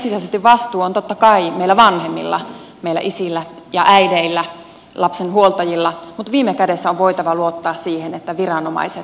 ensisijaisesti vastuu on totta kai meillä vanhemmilla meillä isillä ja äideillä lapsen huoltajilla mutta viime kädessä on voitava luottaa siihen että viranomaiset toimivat